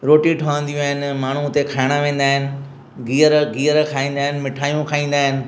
रोटी ठहंदियूं आहिनि माण्हू हुते खाइण वेंदा आहिनि गिहर गिहर खाईंदा आहिनि मिठायूं खाईंदा आहिनि